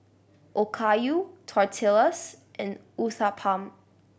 Okayu Tortillas and Uthapam